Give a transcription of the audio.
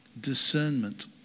Discernment